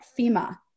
FEMA